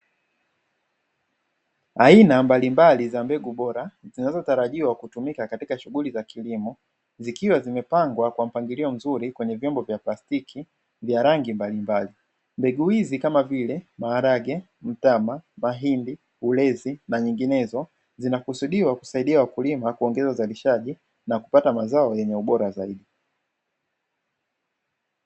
Aina mbalimbali za mbegu bora, zinzotarajiwa kutumika katika shughuli za kilimo zikiwa zimepangwa kwa mpangilio mzuri kwenye vyombo vya plastiki vya rangi mbalimbali, mbegu hizi kama viile; maharage, mtama, mahindi, ulezi na nyinginezo zinzkusudiwa kusaidia wakulima kuongeza uzalishaji na kupata ubora zaidi.